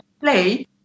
play